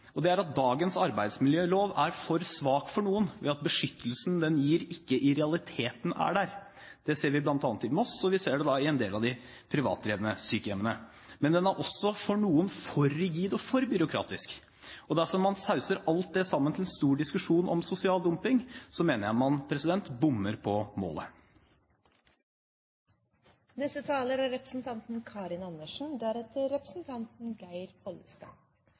Det er at dagens arbeidsmiljølov er for svak for noen, ved at beskyttelsen den gir, i realiteten ikke er der. Det ser vi bl.a. i Moss, og vi ser det i en del av de privatdrevne sykehjemmene. Men den er også, for noen, for rigid og for byråkratisk. Dersom man sauser alt dette sammen til en stor diskusjon om sosial dumping, mener jeg man bommer på målet.